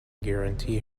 guarantee